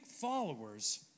followers